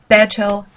Battle